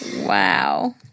Wow